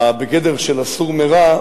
בגדר של ה"סור מרע",